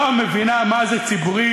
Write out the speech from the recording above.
לא מבינה מה זה ציבורי,